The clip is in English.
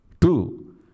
Two